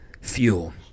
fuel